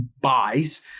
buys